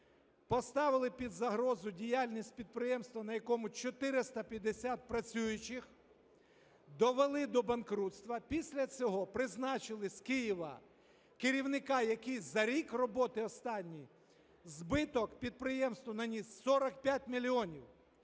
Поставили під загрозу діяльність підприємства, на якому 450 працюючих, довели до банкрутства. Після цього призначили з Києва керівника, який за рік роботи останній збиток підприємству наніс у 45 мільйонів.